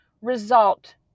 result